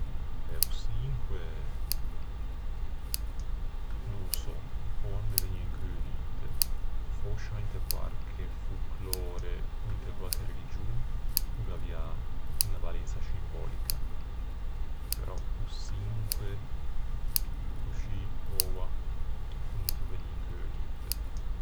Eh, o çinque... no ô sò. Oua no me vëgne in cheu ninte. Fòscia inte quarche folclöre ò inte quarche religion o gh'avià unna valensa scimbòlica. Però o çinque, coscì, oua, o no me fa vegnî in cheu ninte.